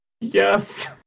Yes